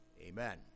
Amen